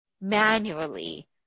manually